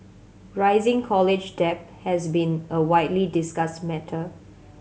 rising college debt has been a widely discussed matter